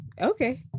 Okay